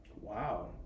Wow